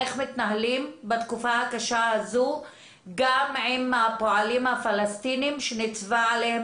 איך מתנהלים בתקופה הקשה הזו גם עם הפועלים הפלסטינים שצווה עליהם